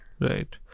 Right